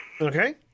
Okay